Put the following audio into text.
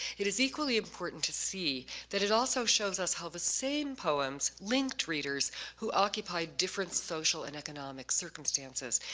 it is equally important to see that it also shows us how the same poems linked readers who occupy different social and economic circumstances.